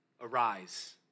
Arise